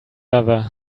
other